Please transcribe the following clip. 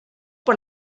por